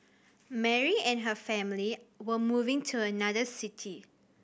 Mary and her family were moving to another city